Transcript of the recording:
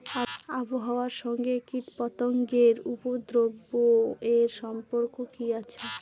আবহাওয়ার সঙ্গে কীটপতঙ্গের উপদ্রব এর সম্পর্ক কি আছে?